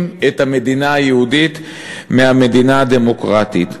את המדינה היהודית מהמדינה הדמוקרטית.